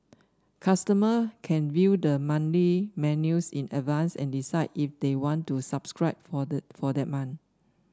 customer can view the monthly menus in advance and decide if they want to subscribe for the for that month